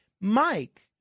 Mike